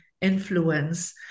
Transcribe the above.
influence